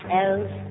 else